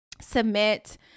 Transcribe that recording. submit